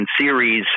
series